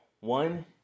One